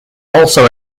also